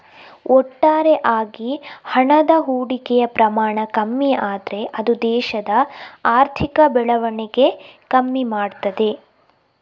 ಒಟ್ಟಾರೆ ಆಗಿ ಹಣದ ಹೂಡಿಕೆಯ ಪ್ರಮಾಣ ಕಮ್ಮಿ ಆದ್ರೆ ಅದು ದೇಶದ ಆರ್ಥಿಕ ಬೆಳವಣಿಗೆ ಕಮ್ಮಿ ಮಾಡ್ತದೆ